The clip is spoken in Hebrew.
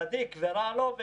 צדיק ורע לו.